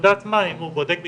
התעודה אם הוא בודק בטחוני,